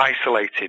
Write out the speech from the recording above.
isolated